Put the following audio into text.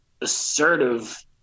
assertive